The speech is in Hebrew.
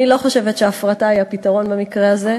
אני לא חושבת שהפרטה היא הפתרון במקרה הזה.